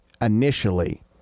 initially